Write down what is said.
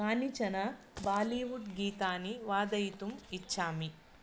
कानिचन बालीवुड् गीतानि वादयितुम् इच्छामि